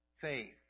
faith